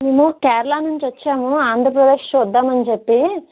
మేము కేరళ నుంచి వచ్చాము ఆంధ్రప్రదేశ్ చూద్దాం అని చెప్పి